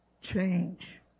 change